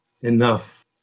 enough